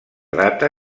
data